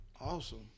Awesome